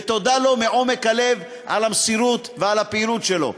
ותודה לו מעומק הלב על המסירות ועל הפעילות שלו.